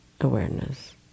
awareness